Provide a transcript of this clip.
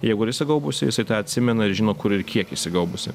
jeigu yra išsigaubusi jisai tą atsimena ir žino kur ir kiek išsigaubusi